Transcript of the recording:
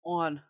on